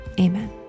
Amen